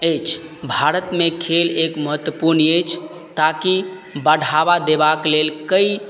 अछि भारतमे खेल एक महत्वपूर्ण अछि ताकि बढ़ावा देबाक लेल कइ